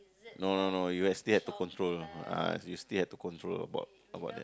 no no no you have still have to control <[ah] you still have to control about about that